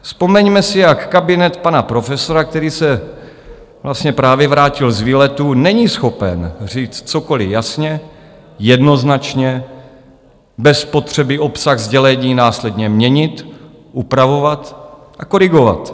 Vzpomeňme si, jak kabinet pana profesora, který se vlastně právě vrátil z výletu, není schopen říct cokoliv jasně, jednoznačně, bez potřeby obsah sdělení následně měnit, upravovat a korigovat.